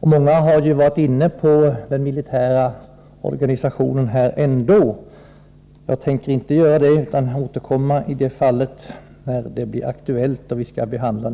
Många har ändå varit inne på den militära organisationen, men jag tänker inte beröra de frågorna utan återkomma i samband med att den aktuella propositionen behandlas.